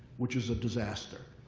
which is a disaster.